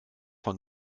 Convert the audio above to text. von